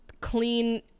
clean